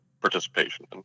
participation